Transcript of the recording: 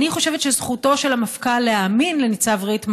אני חושבת שזכותו של המפכ"ל להאמין לניצב ריטמן